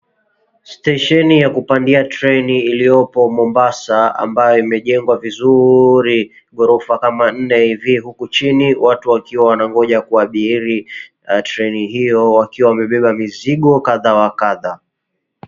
Stesheni ya kupandia treni iliyopo Mombasa ambayo imejengwa vizuri ghorofa kama nne hivi huku chini watu wakiwa wanangoja kuabiri treni hio wakiwa wamebeba mizigo kadha wa kadha.